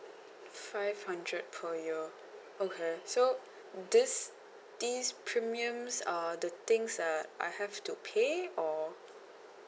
five hundred per year okay so this these premiums are the things that I have to pay or